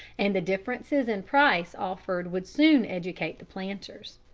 and the differences in price offered would soon educate the planters!